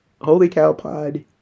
Holycowpod